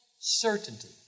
certainty